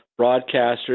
broadcasters